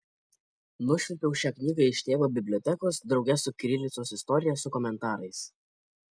nušvilpiau šią knygą iš tėvo bibliotekos drauge su kirilicos istorija su komentarais